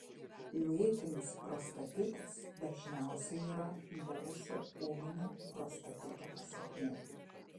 lėtinis prostatitas dažniausiai yra buvusio ūminio prostatito pasekmė